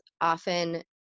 often